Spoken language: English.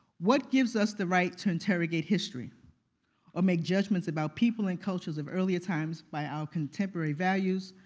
what gives us the right to interrogate history or make judgments about people and cultures of earlier times by our contemporary values,